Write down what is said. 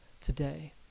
today